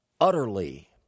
utterly